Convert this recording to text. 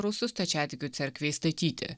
rusų stačiatikių cerkvei statyti